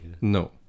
no